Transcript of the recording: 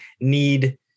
need